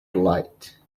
delight